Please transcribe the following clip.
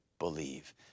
believe